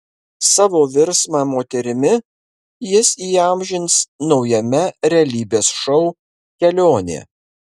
savo virsmą moterimi jis įamžins naujame realybės šou kelionė